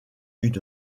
une